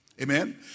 Amen